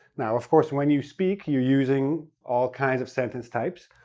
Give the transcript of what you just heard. now, of course, when you speak, you're using all kinds of sentence types.